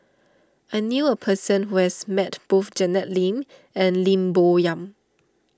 I knew a person who has met both Janet Lim and Lim Bo Yam